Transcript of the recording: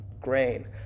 grain